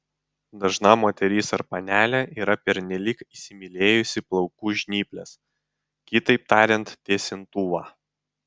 dažna moteris ar panelė yra pernelyg įsimylėjusi plaukų žnyples kitaip tariant tiesintuvą